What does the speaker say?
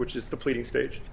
which is the pleading stage